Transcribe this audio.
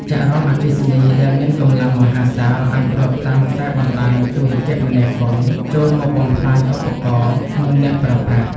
ចរន្តអគ្គិសនីដែលមានកម្លាំងមហាសាលអាចរត់តាមខ្សែបណ្តាញទូរគមនាគមន៍ចូលមកបំផ្លាញឧបករណ៍ និងអ្នកប្រើប្រាស់។